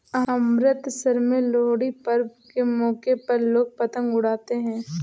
अमृतसर में लोहड़ी पर्व के मौके पर लोग पतंग उड़ाते है